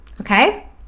okay